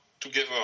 Together